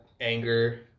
anger